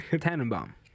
Tannenbaum